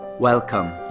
Welcome